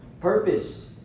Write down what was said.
Purpose